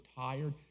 tired